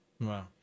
Wow